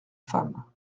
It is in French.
femme